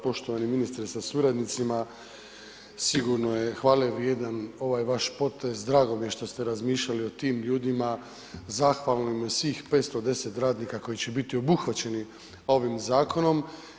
Poštovani ministre sa suradnicima sigurno je hvale vrijedan ovaj vaš potez, drago mi je što ste razmišljali o tim ljudima, zahvalnim na svih 510 radnika koji će biti obuhvaćeni ovim zakonom.